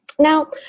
Now